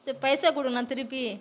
சரி பைசா கொடுங்கண்ணா திருப்பி